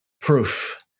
proof